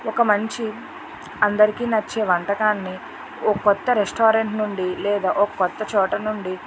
ఒక మంచి అందరికి నచ్చే వంటకాన్ని ఒక కొత్త రెస్టారెంట్ నుండి లేదా ఒక కొత్త చోటు నుండి